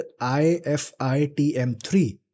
IFITM3